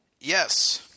Yes